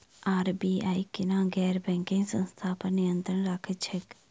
RBI केना गैर banking संस्था पर नियत्रंण राखैत छैक?